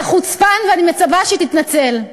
אתה חוצפן ואני מצפה שתתנצל.